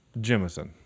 Jemison